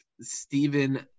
Stephen